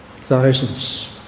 thousands